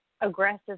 aggressive